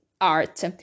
art